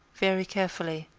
very carefully,